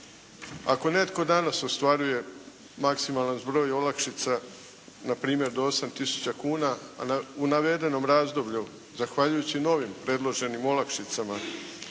Ako netko danas ostvaruje maksimalan zbroj olakšica na primjer do 8000 kuna u navedenom razdoblju zahvaljujući novim predloženim olakšicama,